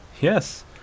Yes